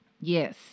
Yes